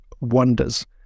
wonders